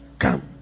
Come